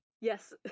Yes